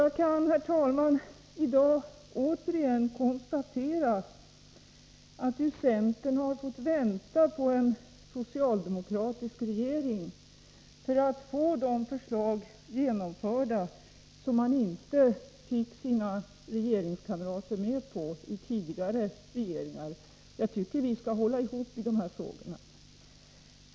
Jag kan, herr talman, i dag återigen konstatera att centern ju har fått vänta på en socialdemokratisk regering för att få de förslag genomförda som man inte fick sina regeringskamrater med på i tidigare regeringar. Jag tycker att vi skall hålla ihop i de här frågorna.